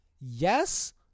Yes